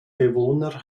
bewohner